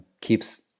keeps